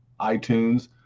iTunes